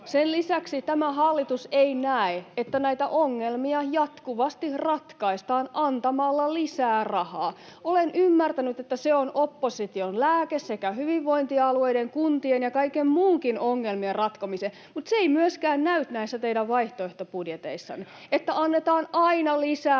Sen lisäksi tämä hallitus ei näe, että näitä ongelmia jatkuvasti ratkaistaan antamalla lisää rahaa. Olen ymmärtänyt, että se on opposition lääke hyvinvointialueiden, kuntien ja kaikkien muidenkin ongelmien ratkomiseen, mutta se ei myöskään näy näissä teidän vaihtoehtobudjeteissanne, että annetaan aina lisää rahaa